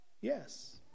Yes